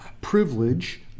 privilege